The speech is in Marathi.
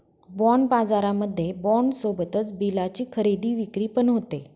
बाँड बाजारामध्ये बाँड सोबतच बिलाची खरेदी विक्री पण होते